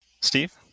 Steve